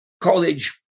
college